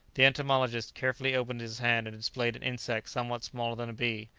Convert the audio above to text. the entomologist carefully opened his hand and displayed an insect somewhat smaller than a bee,